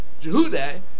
Jehuda